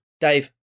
Dave